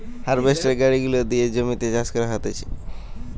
harvester গাড়ি গুলা দিয়ে জমিতে চাষ করা হতিছে